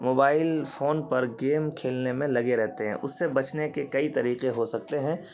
mobile phone پر game کھیلنے میں لگے رہتے ہیں اس سے بچنے کے کئی طریقے ہو سکتے ہیں